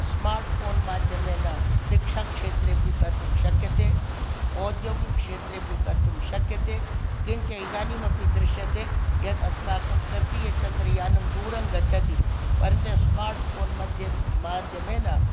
smart phone माध्यमेन शिक्षाक्षेत्रे अपि कर्तुं शक्यते औद्योगिकक्षेत्रे अपि कर्तुं शक्यते किञ्च इदानीम् अपि दृश्यते यत् अस्माकं तृतीयचन्द्रयानं दूरङ्गच्छति परन्तु स्मार्ट् फ़ोन् मध्य माध्यमेन